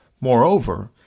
Moreover